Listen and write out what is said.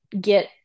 get